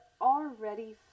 already